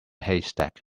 haystack